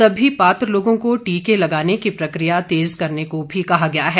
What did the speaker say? सभी पात्र लोगों को टीके लगाने की प्रक्रिया तेज करने को भी कहा गया है